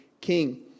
king